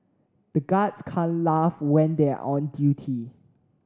the guards can't laugh when they are on duty